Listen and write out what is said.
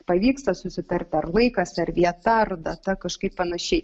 pavyksta susitarti ar laikas ar vieta ar data kažkaip panašiai